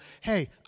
hey